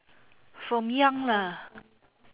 from young lah